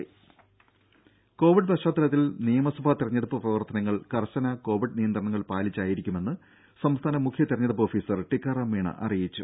ദര കോവിഡ് പശ്ചാത്തലത്തിൽ നിയമസഭാ തിരഞ്ഞെടുപ്പ് പ്രവർത്തനങ്ങൾ കർശന കോവിഡ് നിയന്ത്രണങ്ങൾ പാലിച്ചായിരിക്കുമെന്ന് സംസ്ഥാന മുഖ്യ തിരഞ്ഞെടുപ്പ് ഓഫീസർ ടിക്കാറാം മീണ അറിയിച്ചു